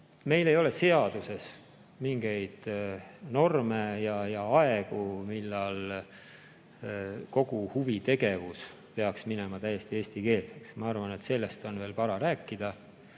Meil ei ole seaduses mingeid norme ja aegu, millal kogu huvitegevus peaks minema täiesti eestikeelseks. Ma arvan, et sellest on veel vara rääkida.